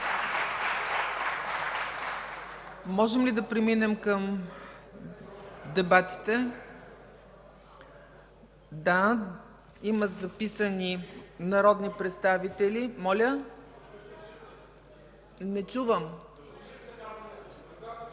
Можем ли да преминем към дебатите? Да. Има записани народни представители. РЕПЛИКА ОТ